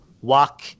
walk